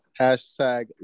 Hashtag